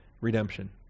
redemption